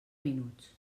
minuts